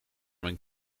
mijn